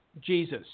Jesus